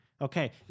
Okay